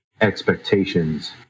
expectations